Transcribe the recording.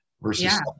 versus